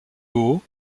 haut